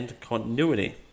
continuity